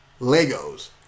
Legos